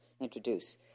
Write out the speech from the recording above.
introduce